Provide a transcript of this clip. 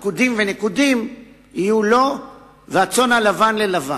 עקודים ונקודים יהיו לו והצאן הלבן ללבן.